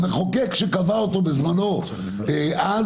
המחוקק שקבע אותו בזמנו אז,